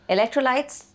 Electrolytes